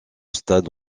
stade